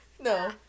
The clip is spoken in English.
No